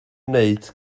wneud